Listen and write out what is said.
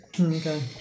Okay